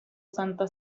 santa